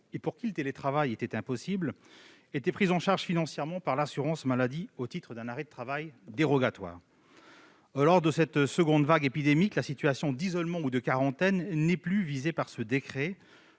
et pour qui le télétravail était impossible était prise en charge financièrement par l'assurance maladie au titre d'un arrêt de travail dérogatoire. Lors de cette seconde vague épidémique, la situation d'isolement ou de quarantaine n'est plus visée par la nouvelle